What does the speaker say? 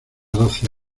doce